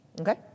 Okay